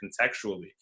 contextually